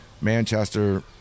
Manchester